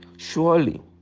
surely